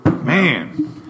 man